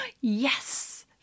Yes